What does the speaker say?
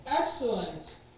excellent